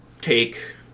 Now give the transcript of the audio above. take